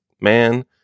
man